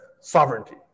sovereignty